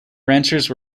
ranchers